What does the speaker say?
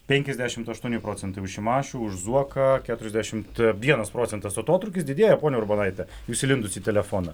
penkiasdešimt aštuoni procentai už šimašių už zuoką keturiasdešimt vienas procentas atotrūkis didėja ponia urbonaite jūs įlindusi į telefoną